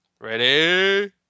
ready